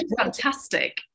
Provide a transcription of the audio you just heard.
Fantastic